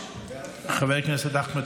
חבר הכנסת אחמד